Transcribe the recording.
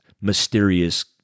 mysterious